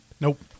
Nope